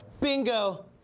Bingo